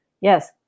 yes